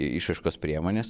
išraiškos priemones